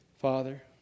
Father